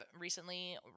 recently